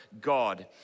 God